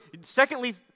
secondly